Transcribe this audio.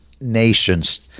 Nations